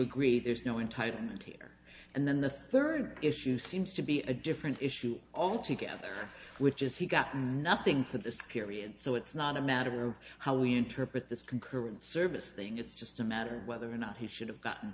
agree there's no entitlement here and then the third issue seems to be a different issue altogether which is he got nothing for the skiri and so it's not a matter of how we interpret this concurrent service thing it's just a matter of whether or not he should have gotten